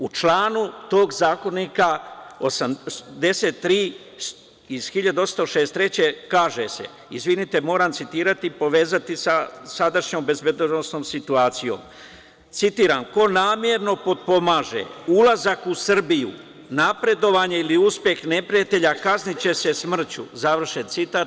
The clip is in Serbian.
U članu tog Zakonika 83. iz 1863. godine kaže se, izvinite, moram citirati i povezati sa sadašnjom bezbednosnom situacijom, citiram – ko namerno potpomaže ulazak u Srbiju, napredovanje ili uspeh neprijatelja kazniće se smrću, završen citat.